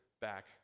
back